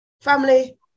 family